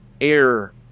air